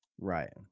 Right